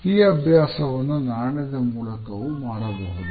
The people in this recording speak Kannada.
ಈ ಅಭ್ಯಾಸವನ್ನು ನಾಣ್ಯದ ಮೂಲಕವೂ ಮಾಡಬಹುದು